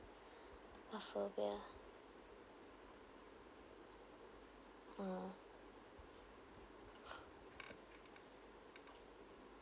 a phobia uh